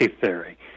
theory